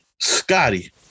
Scotty